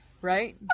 Right